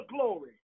glory